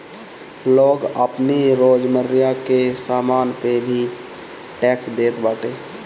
लोग आपनी रोजमर्रा के सामान पअ भी टेक्स देत बाटे